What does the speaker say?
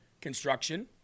construction